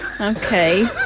Okay